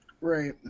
Right